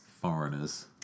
Foreigners